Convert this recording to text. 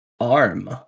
Arm